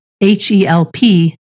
H-E-L-P